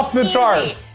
the charts.